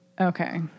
Okay